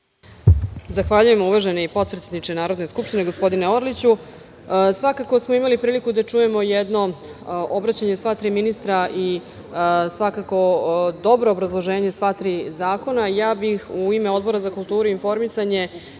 Zahvaljujem uvaženi potpredsedniče Narodne skupštine, gospodine Orliću. Svakako smo imali priliku da čujemo jedno obraćanje sva tri ministra i dobro obrazloženje sva tri zakona. Ja bih u ime Odbora za kulturu i informisanje,